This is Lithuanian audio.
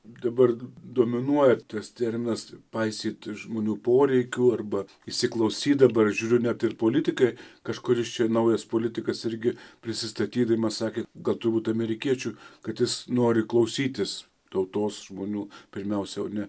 dabar dominuoja toks terminas paisyti žmonių poreikių arba įsiklausyti dabar žiūriu net ir politikai kažkuris čia naujas politikas irgi prisistatydamas sakė gal turbūt amerikiečių kad jis nori klausytis tautos žmonių pirmiausia o ne